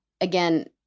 Again